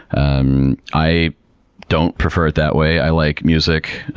um i don't prefer it that way. i like music.